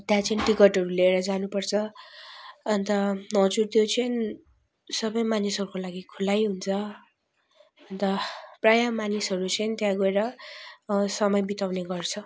त्यहाँ चाहिँ टिकटहरू लिएर जानुपर्छ अन्त हजुर त्यो चाहिँ सबै मानिसहरूको लागि खुलै हुन्छ अन्त प्राय मानिसहरू चाहिँ त्यहाँ गएर समय बिताउने गर्छ